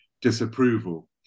disapproval